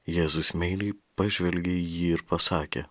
jėzus meiliai pažvelgė į jį ir pasakė